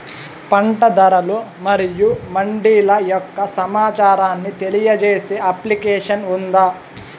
పంట ధరలు మరియు మండీల యొక్క సమాచారాన్ని తెలియజేసే అప్లికేషన్ ఉందా?